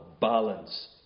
balance